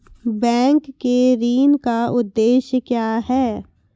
Bank के ऋण का उद्देश्य क्या हैं?